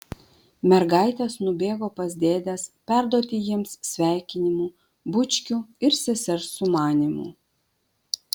mergaitės nubėgo pas dėdes perduoti jiems sveikinimų bučkių ir sesers sumanymų